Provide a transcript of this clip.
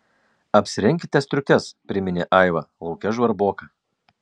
apsirenkite striukes priminė aiva lauke žvarboka